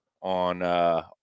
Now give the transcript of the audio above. on